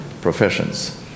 professions